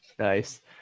Nice